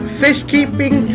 fishkeeping